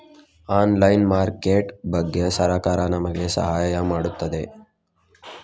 Online market ಬಗ್ಗೆ ಸರಕಾರ ನಮಗೆ ಸಹಾಯ ಮಾಡುತ್ತದೆ?